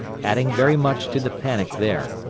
adding very much to the panic there.